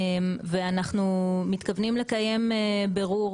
אנחנו מתכוונים לקיים בירור